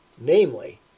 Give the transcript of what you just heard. Namely